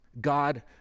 God